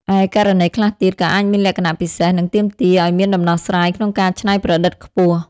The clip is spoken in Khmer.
ឯ ករណីខ្លះទៀតក៏អាចមានលក្ខណៈពិសេស និងទាមទារអោយមានដំណោះស្រាយក្នុងការច្នៃប្រឌិតខ្ពស់។